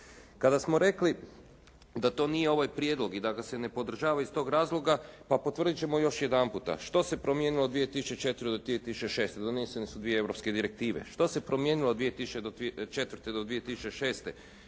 Kada smo rekli da to nije ovaj prijedlog i da ga se ne podržava iz tog razloga pa potvrdit ćemo još jedanputa. Što se promijenilo od 2004. do 2006.? Donesene su dvije europske direktive. Što se promijenilo od 2004. do 2006.?